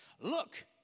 look